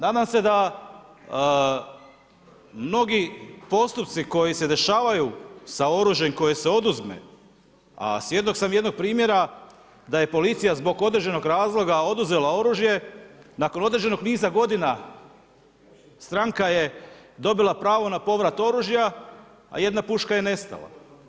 Nadam se da mnogi postupci koji se dešavaju sa oružjem koje se oduzme, a svjedok sam jednog primjera da je policija zbog određenog razloga oduzela oružje, nakon određenog niza godina stranka je dobila pravo na povrat oružja, a jedna puška je nestala.